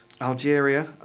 Algeria